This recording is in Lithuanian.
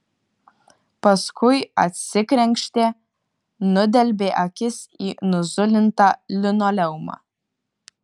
paskui atsikrenkštė nudelbė akis į nuzulintą linoleumą